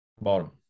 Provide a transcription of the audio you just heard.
Bottom